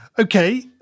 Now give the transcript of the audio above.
Okay